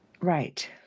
Right